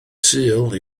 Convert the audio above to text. sul